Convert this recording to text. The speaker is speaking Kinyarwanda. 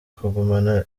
kugumana